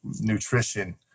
nutrition